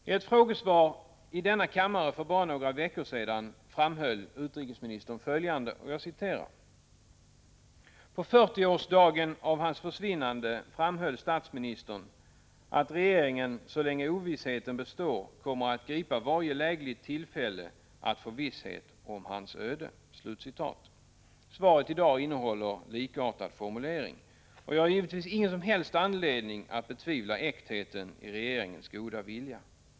I ett frågesvar i denna kammare för bara några veckor sedan framhöll utrikesministern följande: ”På 40-årsdagen av hans försvinnande framhöll statsministern att regeringen, så länge ovissheten består, kommer att gripa varje lägligt tillfälle att få visshet om hans öde.” Svaret i dag innehåller en likartad formulering. Jag har givetvis ingen som helst anledning att betvivla äktheten i regeringens goda vilja.